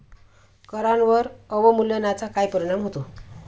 करांवर अवमूल्यनाचा काय परिणाम होतो?